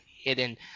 hidden